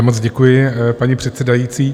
Moc děkuji, paní předsedající.